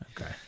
Okay